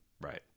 right